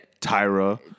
tyra